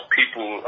people